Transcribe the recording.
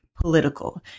political